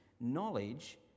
knowledge